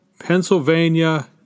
Pennsylvania